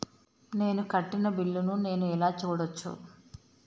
నేను కట్టిన బిల్లు ను నేను ఎలా చూడచ్చు?